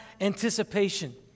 anticipation